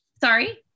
Sorry